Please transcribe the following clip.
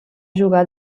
jugar